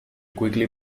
quickly